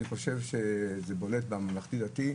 אני חושב שזה בולט בממלכתי-דתי,